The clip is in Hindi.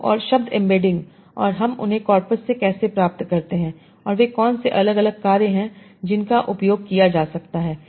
तो और शब्द एम्बेडिंग और हम उन्हें कॉर्पस से कैसे प्राप्त करते हैं और वे कौन से अलग अलग कार्य हैं जिनका उपयोग किया जा सकता है